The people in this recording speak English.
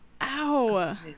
Ow